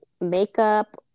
makeup